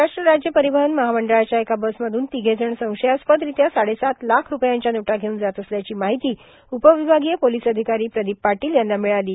महाराष्ट्र राज्य र्पारवहन महामंडळाच्या एका बसमधून ांतघेजण संशयास्पर्दारत्या साडेसात लाख रुपयांच्या नोटा घेऊन जात असल्याची मार्ाहती उर्पावभागीय पोर्लस अर्धिकार्रा प्रदोप पाटोल यांना र्णमळालो